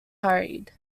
hurried